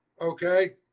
Okay